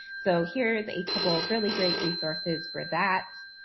so, here's a couple of really great resources for that.